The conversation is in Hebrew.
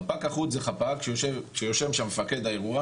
חפ"ק אחוד זה חפ"ק שיושב שם מפקד האירוע